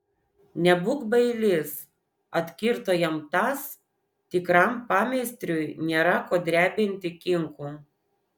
nebūk bailys atkirto jam tas tikram pameistriui nėra ko drebinti kinkų